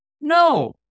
No